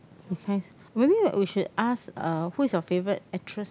defies maybe that we should ask who is your favourite actress